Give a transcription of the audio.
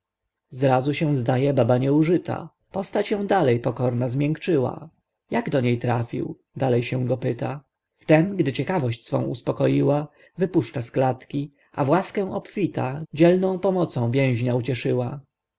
zrazu się zdaje baba nieużyta postać ją dalej pokorna zmiękczyła jak do niej trafił dalej się go pyta wtem gdy ciekawość swą uspokoiła wypuszcza z klatki a w łaskę obfita dzielną pomocą więźnia ucieszyła